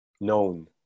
Known